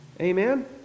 Amen